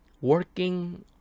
Working